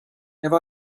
have